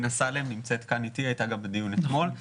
נמצאת איתי לינא סאלם, והייתה גם בדיון אתמול.